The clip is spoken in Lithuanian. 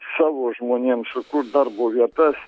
savo žmonėm sukurt darbo vietas